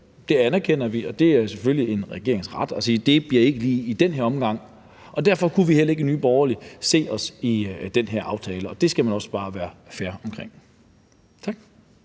det anerkender vi, og det er selvfølgelig en regerings ret at sige, at det ikke lige bliver i den her omgang, og derfor kunne vi heller ikke i Nye Borgerlige se os i den her aftale, det skal man også bare være ærlig omkring. Tak.